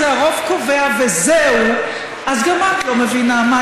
זה היה יותר טוב שהם החליטו?